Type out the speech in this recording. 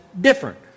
different